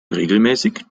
regelmäßig